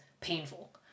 painful